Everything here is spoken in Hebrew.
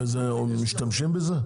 ומשתמשים בזה?